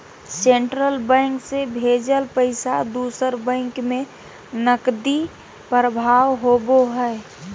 central bank से भेजल पैसा दूसर बैंक में नकदी प्रवाह होबो हइ